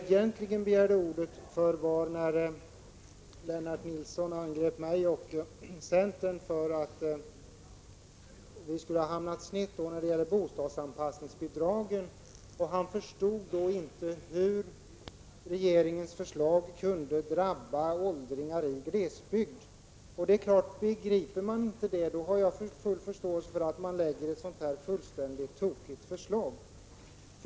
Egentligen begärde jag ordet när Lennart Nilsson angrep mig och centern för att vi skulle ha hamnat snett när det gäller bostadsanpassningsbidragen. Han förstod inte hur regeringens förslag kunde drabba åldringar i glesbygd. Det är klart, begriper man inte det, då har jag full förståelse för att man lägger fram ett så fullständigt tokigt förslag.